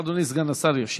אדוני סגן השר ישיב.